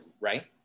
right